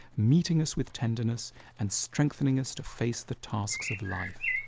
meeting us with tenderness and strengthening us to face the tasks of life.